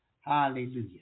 Hallelujah